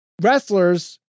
wrestlers